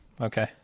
Okay